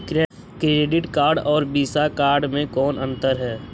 Credit card और Visa card मे कौन अन्तर है?